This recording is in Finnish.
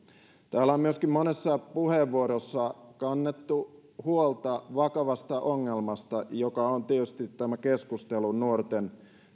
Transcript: on myöskin monessa puheenvuorossa kannettu huolta vakavasta ongelmasta joka on tietysti keskustelu nuorten